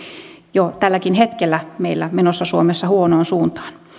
jo tälläkin hetkellä meillä menossa suomessa huonoon suuntaan